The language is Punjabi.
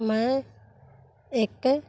ਮੈਂ ਇੱਕ